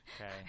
Okay